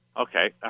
Okay